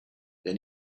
then